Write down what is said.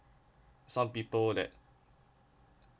some people that